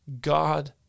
God